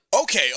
Okay